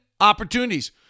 opportunities